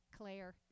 Claire